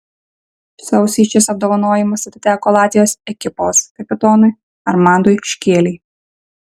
sausį šis apdovanojimas atiteko latvijos ekipos kapitonui armandui škėlei